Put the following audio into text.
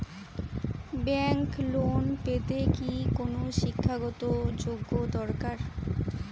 Bank loan পেতে কি কোনো শিক্ষা গত যোগ্য দরকার?